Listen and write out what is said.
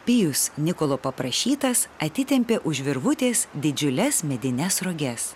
pijus nikolo paprašytas atitempė už virvutės didžiules medines roges